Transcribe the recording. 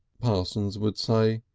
parsons would say.